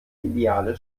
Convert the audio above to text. ideale